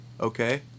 Okay